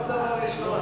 כל דבר יש לו,